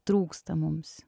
trūksta mums